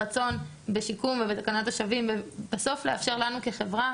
הרצון בשיקום ובתקנת השבים, בסוף לאפשר לנו כחברה